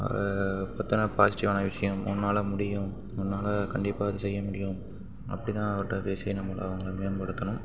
ஒரு பார்த்தோம்னா பாசிட்டிவான விஷயம் உன்னால் முடியும் உன்னால் கண்டிப்பாக இதை செய்ய முடியும் அப்படிதான் அவர்கிட்ட பேசி நம்ம அவங்கள மேம்படுத்தணும்